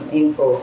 info